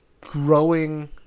growing